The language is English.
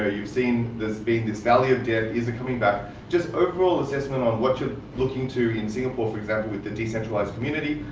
ah seen this, being this value of debt, is it coming back, just overall assessment on what you're looking to in singapore, for example, with the decentralized community.